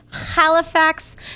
Halifax